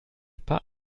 pas